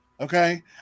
okay